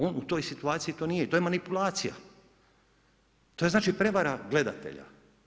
On u toj situaciji to nije i to je manipulacija, to je znači prevara gledatelja.